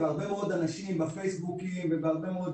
והרבה מאוד אנשים בפייסבוק ובהרבה מאוד